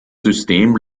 system